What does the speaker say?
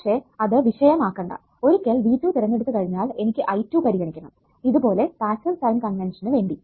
പക്ഷെ അത് വിഷയം ആക്കണ്ട ഒരിക്കൽ V2 തിരഞ്ഞെടുത്തു കഴിഞ്ഞാൽ എനിക്ക് I2 പരിഗണിക്കണം ഇത് പോലെ പാസ്സീവ് സൈൻ കൺവെൻഷന് വേണ്ടി